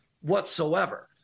whatsoever